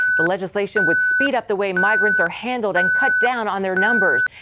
the legislation would speed up the way migrants are handled and cut down on their numbers.